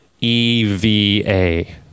E-V-A